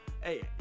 hey